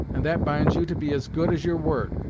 and that binds you to be as good as your word.